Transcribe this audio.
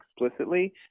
explicitly